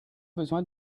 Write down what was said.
besoin